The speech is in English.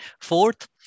Fourth